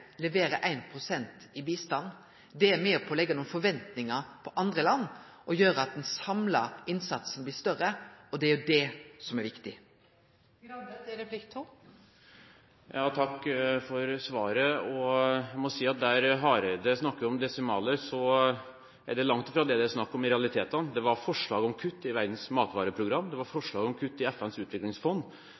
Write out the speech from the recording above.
leverer 1 pst. i bistand. Det er med på å leggje nokre forventingar på andre land og gjer at den samla innsatsen blir større. Det er det som er viktig. Takk for svaret. Jeg må si, når Hareide snakker om desimaler: Det er langt fra dette det i realiteten er snakk om. Det var forslag om kutt i Verdens matvareprogram og forslag om kutt i FNs utviklingsfond.